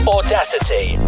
Audacity